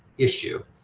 issue,